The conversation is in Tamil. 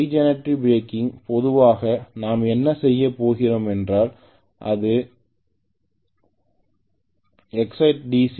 எனவே ரிஜெனரேட்டிவ் பிரேக்கிங்கில் பொதுவாக நாம் என்ன செய்யப் போகிறோம் என்றாள் இது செப்பரேட்ட்லி எக்சைடட் டி